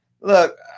Look